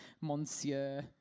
Monsieur